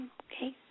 okay